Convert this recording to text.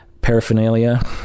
paraphernalia